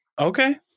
Okay